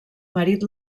marit